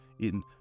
In